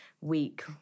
week